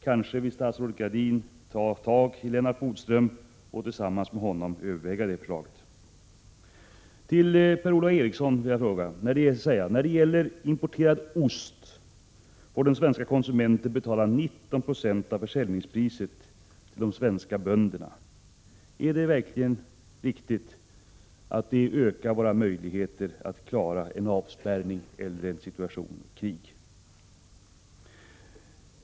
Kanske vill statsrådet Gradin ta upp detta med Lennart Bodström och tillsammans med honom överväga förslaget. Till Per-Ola Eriksson vill jag säga följande. När det gäller importerad ost får den svenske konsumenten betala 19 96 av försäljningspriset till de svenska bönderna. Är det verkligen så att detta ökar våra möjligheter att klara en avspärrning eller en krigssituation?